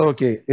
Okay